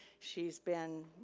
she's been